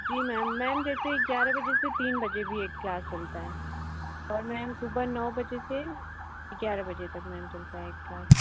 जी ma'am ma'am जैसे ग्यारह बजे से तीन बजे भी एक क्लास चलता है और मैम सुबह नौ बजे से ग्यारह बजे तक मैम चलता है एक क्लास